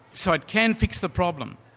so it can fix the problem.